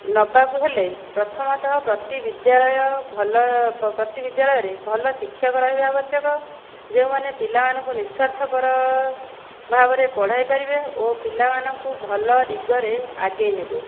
ନେବାକୁ ହେଲେ ପ୍ରଥମତଃ ପ୍ରତି ବିଦ୍ୟାଳୟ ଭଲ ପ୍ରତି ବିଦ୍ୟାଳୟରେ ଭଲ ଶିକ୍ଷକ ରହିବା ଆବଶ୍ୟକ ଯେଉଁମାନେ ପିଲାମାନଙ୍କୁ ନିସ୍ଵାର୍ଥପର ଭାବରେ ପଢ଼ାଇ ପାରିବେ ଓ ପିଲାମାନଙ୍କୁ ଭଲ ଦିଗରେ ଆଗେଇ ନେବେ